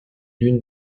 l’une